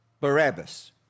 Barabbas